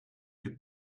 could